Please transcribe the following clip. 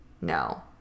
no